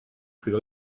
plus